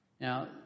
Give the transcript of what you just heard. Now